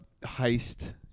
heist